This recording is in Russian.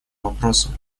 вопросы